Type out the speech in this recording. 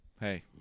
Hey